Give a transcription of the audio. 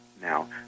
now